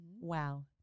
Wow